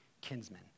kinsmen